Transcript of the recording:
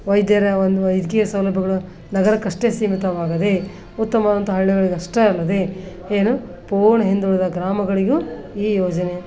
ವೈದ್ಯರ ಒಂದು ವೈದ್ಯಕೀಯ ಸೌಲಭ್ಯಗಳು ನಗರಕ್ಕೆ ಅಷ್ಟೇ ಸೀಮಿತವಾಗದೆ ಉತ್ತಮವಾದಂಥ ಹಳ್ಳಿಗಳಿಗೆ ಅಷ್ಟೇ ಅಲ್ಲದೆ ಏನು ಪೂರ್ಣ ಹಿಂದುಳಿದ ಗ್ರಾಮಗಳಿಗೂ ಈ ಯೋಜನೆ